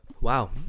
wow